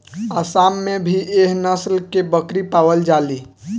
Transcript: आसाम में भी एह नस्ल के बकरी पावल जाली